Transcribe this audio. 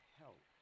help